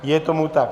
Je tomu tak.